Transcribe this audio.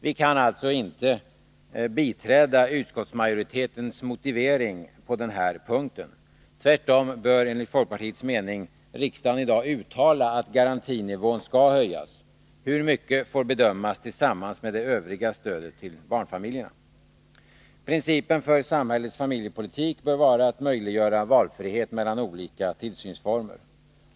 Vi kan alltså inte biträda utskottsmajoritetens motivering på den här punkten. Tvärtom bör riksdagen enligt folkpartiets mening uttala att garantinivån skall höjas. Hur mycket får bedömas tillsammans med det övriga stödet till barnfamiljerna. Principen för samhällets familjepolitik bör vara att möjliggöra valfrihet mellan olika tillsynsformer.